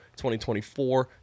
2024